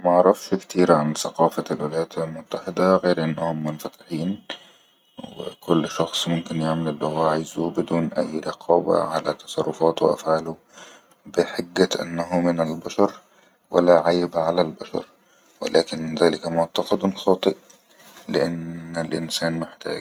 معرفش كتير عن سقافه الولايات المتحده غير ان هم منفتحين وكل شخص ممكن يعمل اللي هو عايزة بدون اي رقابه علي تصرفاته وأفعالو بحجت ان هو من البشر ولا عيب عن البشر ولكن زلك معتقدن خاطئ لان الانسان محتاج